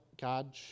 God